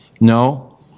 No